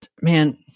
man